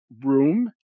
room